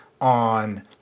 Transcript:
on